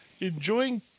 enjoying